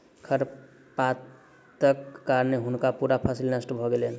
खरपातक कारणें हुनकर पूरा फसिल नष्ट भ गेलैन